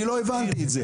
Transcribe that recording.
אני לא הבנתי את זה.